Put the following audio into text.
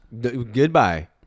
Goodbye